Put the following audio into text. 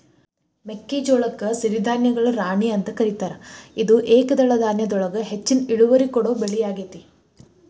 ಮೆಕ್ಕಿಜೋಳಕ್ಕ ಸಿರಿಧಾನ್ಯಗಳ ರಾಣಿ ಅಂತ ಕರೇತಾರ, ಇದು ಏಕದಳ ಧಾನ್ಯದೊಳಗ ಹೆಚ್ಚಿನ ಇಳುವರಿ ಕೊಡೋ ಬೆಳಿಯಾಗೇತಿ